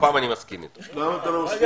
עכשיו כן.